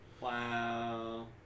Wow